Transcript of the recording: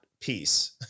peace